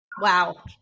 Wow